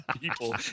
people